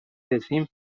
رسیم